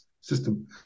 system